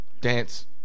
dance